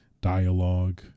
dialogue